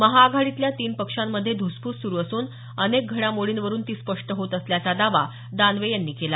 महाआघाडीतल्या तीन पक्षांमध्ये धुसफूस सुरू असून अनेक घडामोडींवरून ती स्पष्ट होत असल्याचा दावा दानवे यांनी केला